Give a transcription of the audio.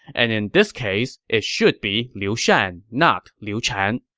and in this case, it should be liu shan, not liu chan.